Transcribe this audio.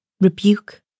rebuke